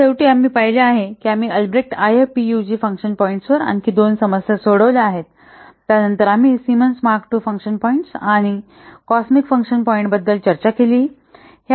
तर शेवटी आम्ही पाहिले आहे की आम्ही Albrecht I F P U G function पॉईंट्सवर आणखी दोन समस्या सोडवल्या आहेत त्यानंतर आम्ही Symons Mark II function points आणि कॉस्मिक फंक्शन पॉईंट्स बद्दल चर्चा केली आहे